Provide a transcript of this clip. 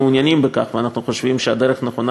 מעוניינים בכך וחושבים שהדרך הנכונה